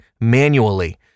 manually